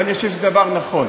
ואני חושב שזה דבר נכון.